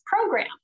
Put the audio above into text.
program